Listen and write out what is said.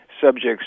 subjects